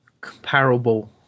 comparable